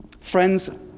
Friends